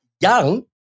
young